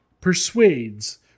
persuades